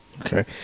Okay